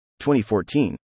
2014